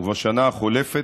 ובשנה החולפת,